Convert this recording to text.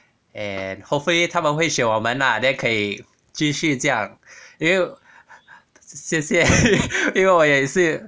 and hopefully 他们会选我们啦 then 可以继续这样又谢谢因为我也是